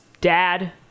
dad